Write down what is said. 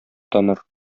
таныр